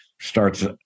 starts